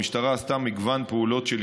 המשטרה עשתה מגוון פעולות מקדימות של